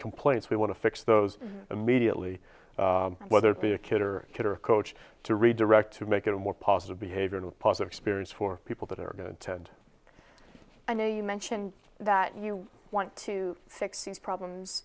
complaints we want to fix those immediately whether it be a kid or a kid or a coach to redirect to make it a more positive behavior in a positive experience for people that are going to tend i know you mentioned that you want to fix these problems